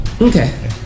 Okay